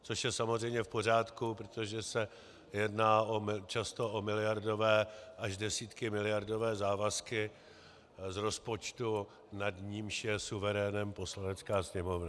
Což je samozřejmě v pořádku, protože se jedná často o miliardové až desítkymiliardové závazky z rozpočtu, nad nímž je suverénem Poslanecká sněmovna.